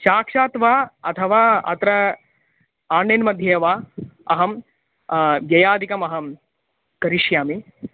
साक्षात् वा अथवा अत्र आन्लैन्मध्ये वा अहं व्ययादिकम् अहं करिष्यामि